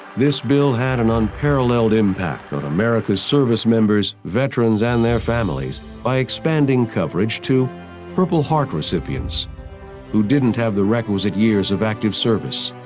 this bill had an unparalleled impact on america's service members, veterans and their families by expanding coverage to purple heart recipients who didn't have the requisite years of active service,